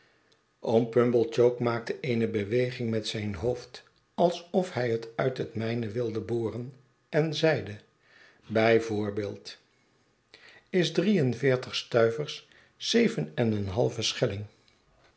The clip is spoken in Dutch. oom pumblechook maakte eene beweging met zijn hoofd alsof hij het uit het mijne wilde boren en zeide bij voorbeeld is drie en veertig stuivers zeven en een halven schelling